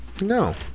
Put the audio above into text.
No